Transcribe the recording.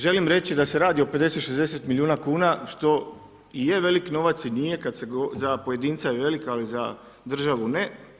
Želim reći da se radi o 50, 60 milijuna kuna što i je velik novac i nije kada se govori, za pojedinca je velik ali za državu ne.